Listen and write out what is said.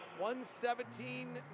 117